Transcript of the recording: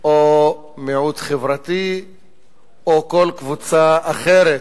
או מיעוט חברתי או כל קבוצה אחרת.